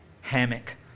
hammock